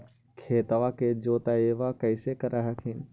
खेतबा के जोतय्बा कैसे कर हखिन?